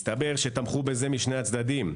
מסתבר שתמכו בזה משני הצדדים: